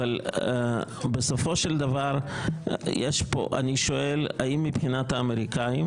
אבל בסופו של דבר אני שואל: האם מבחינת האמריקנים